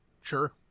sure